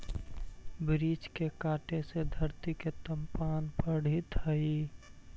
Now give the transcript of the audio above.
वृक्ष के कटे से धरती के तपमान बढ़ित हइ